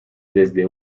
desde